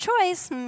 choice